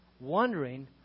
wondering